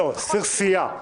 אני צריך סיעה.